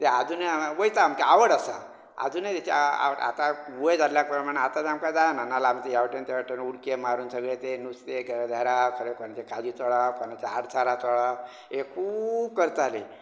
ते आजुनूय आमी वयता आवड आसा आजुनूय आता आतां वय जाल्ल्या प्रमाण आतां आमकां तें जायना जाल्यार आमी ते ह्या वटेन त्या वटेन उडकी मारून सगलें तें नुस्तें धराप खंयचें तें काजी चोराप कोणांचें आडसरां चोराप हें खूब करताले